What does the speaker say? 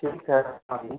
ठीक है पानी